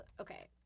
Okay